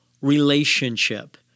relationship